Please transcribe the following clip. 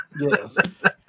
Yes